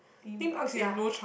Theme Park ya